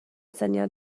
syniad